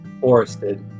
forested